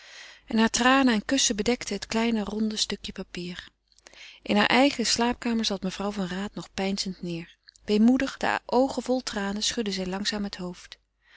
en hare tranen en kussen bedekten het kleine ronde stukje papier in hare eigen slaapkamer zat mevrouw van raat nog peinzend neêr weemoedig de oogen vol tranen schudde zij langzaam het hoofd